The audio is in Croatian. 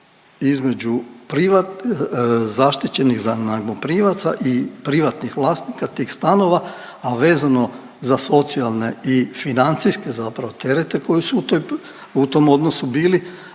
između zaštićenih najmoprimaca i privatnih vlasnika tih stanova, a vezano za socijalne i financijske terete koji su u tom odnosu bili